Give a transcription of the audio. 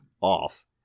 off